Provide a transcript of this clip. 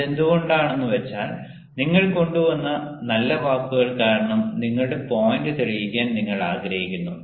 അതെന്തുകൊണ്ടാണെന്ന് വെച്ചാൽ നിങ്ങൾ കൊണ്ടുവരുന്ന നല്ല വാക്കുകൾ കാരണം നിങ്ങളുടെ പോയിന്റ് തെളിയിക്കാൻ നിങ്ങൾ ആഗ്രഹിക്കുന്നു